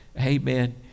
amen